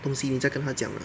东西你在跟他讲 ah